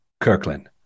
Kirkland